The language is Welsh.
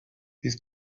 bydd